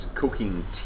cooking